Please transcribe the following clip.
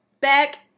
Back